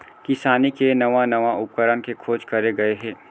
किसानी के नवा नवा उपकरन के खोज करे गए हे